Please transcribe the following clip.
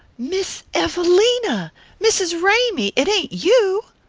miss evelina mrs. ramy it ain't you?